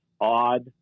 odd